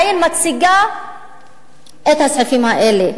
העיר מציגה את הסעיפים האלה,